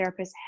therapists